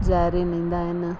जारी में ईंदा आहिनि